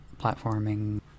platforming